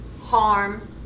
harm